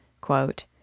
quote